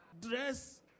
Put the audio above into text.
Dress